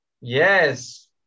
Yes